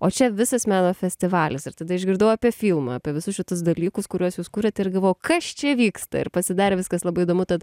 o čia visas meno festivalis ir tada išgirdau apie filmą apie visus šitus dalykus kuriuos jūs kūrėt ir galvojau buvo kas čia vyksta ir pasidarė viskas labai įdomu tad